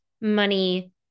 money